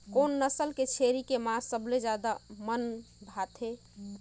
कोन नस्ल के छेरी के मांस सबले ज्यादा मन भाथे?